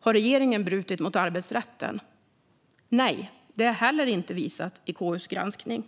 Har regeringen brutit mot arbetsrätten? Nej, inte heller det är visat i KU:s utredning.